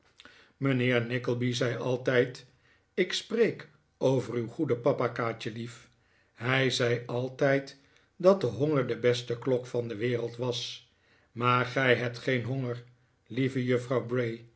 mijnheer nickleby zei altijd ik spreek over uw goeden papa kaatjelief hij zei altijd dat de honger de beste klok van de wereld was maar gij hebt geen honger lieve juffrouw